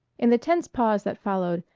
in the tense pause that followed,